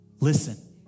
Listen